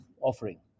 offering